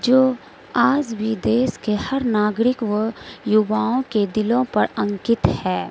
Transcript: جو آج بھی دیش کے ہر ناگرک و یوواؤں کے دلوں پر انکت ہے